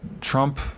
Trump